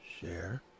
share